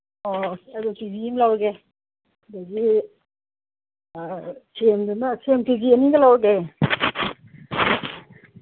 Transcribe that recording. ꯑꯣ ꯑꯗꯨ K G ꯑꯃ ꯂꯧꯔꯒꯦ ꯑꯗꯒꯤ ꯁꯦꯝꯗꯨꯅ ꯁꯦꯝ ꯀꯦ ꯖꯤ ꯑꯅꯤꯒ ꯂꯧꯔꯒꯦ